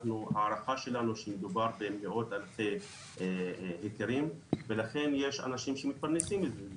ההערכה שלנו שמדובר במאות אלפי היתרים ולכן יש אנשים שמתפרנסים מזה.